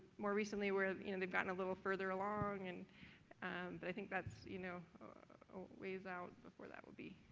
more recently where you know, they've gotten a little further along. and but i think that's you know, a ways out before that will be,